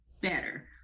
better